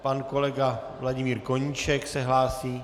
Pan kolega Vladimír Koníček se hlásí.